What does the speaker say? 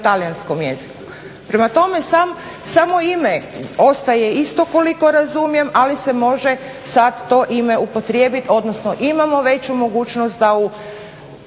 na talijanskom jeziku. Prema tome, samo ime ostaje isto koliko razumijem ali se može sad to ime upotrijebiti, odnosno imamo veću mogućnost da u